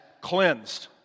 cleansed